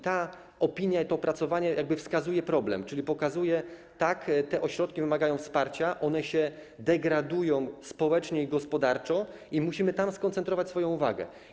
Ta opinia i to opracowanie jakby wskazują problem, czyli pokazują: tak, te ośrodki wymagają wsparcia, one się degradują społecznie i gospodarczo i musimy na nich skoncentrować swoją uwagę.